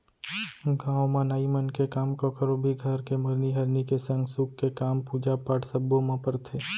गाँव म नाई मन के काम कखरो भी घर के मरनी हरनी के संग सुख के काम, पूजा पाठ सब्बो म परथे